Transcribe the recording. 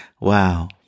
Wow